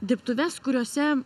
dirbtuves kuriose